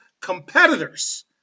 competitors